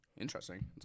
interesting